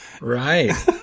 Right